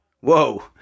whoa